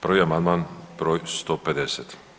Prvi amandman br. 150.